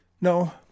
No